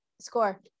score